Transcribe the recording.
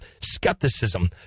skepticism